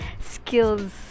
skills